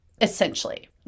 essentially